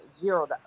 zero